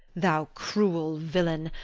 thou cruel villain,